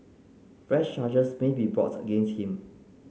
fresh charges may be brought against him